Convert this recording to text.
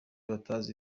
batazi